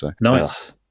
Nice